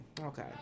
Okay